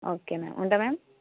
okay ma'am ఉంటాను ma'am